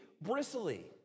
bristly